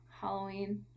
Halloween